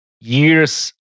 years